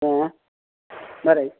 मा माबोरै